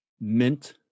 Mint